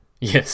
Yes